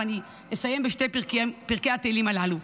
ואני אסיים בשני פרקי התהילים הללו.